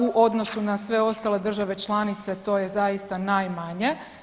U odnosu na sve ostale države članice to je zaista najmanje.